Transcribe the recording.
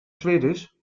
schwedisch